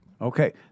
Okay